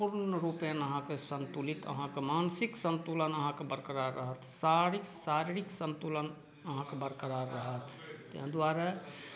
पूर्णरुपेण संतुलित अहाँके मानसिक संतुलन अहाॅंके बरकरार रहत शारीरिक संतुलन अहाॅंके बरकरार रहत तैॅं द्वारे